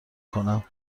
کنم